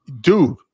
dude